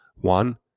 One